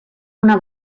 una